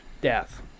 death